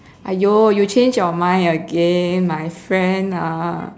!aiyo! you change your mind again my friend ah